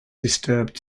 disturbed